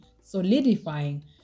solidifying